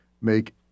make